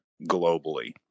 globally